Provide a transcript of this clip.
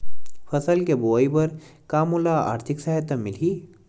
फसल के बोआई बर का मोला आर्थिक सहायता मिलही?